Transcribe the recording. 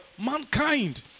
mankind